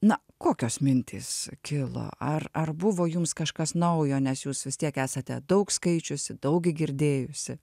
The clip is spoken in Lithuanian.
na kokios mintys kilo ar ar buvo jums kažkas naujo nes jūs vis tiek esate daug skaičiusi daug girdėjusi